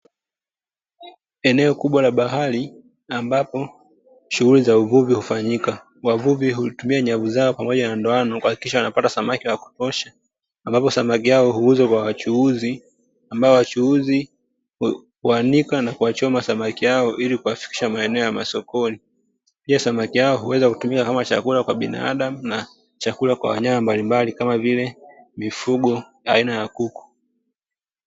Eneo kubwa la bahari ambapo shughuli za uvuvi hufanyika. Wavuvi hutumia nyavu zao pamoja na ndoano kuhakikisha wanapata samaki wa kutosha. Baadaye samaki yao huuzwa kwa wachuuzi, ambao wachuuzi huwanika na kuwachoma samaki hao ili kuwafikisha maeneo ya masokoni. Pia samaki yao huweza kutumiwa kama chakula kwa binadamu na chakula kwa wanyama mbalimbali kama vile mifugo aina ya kuku.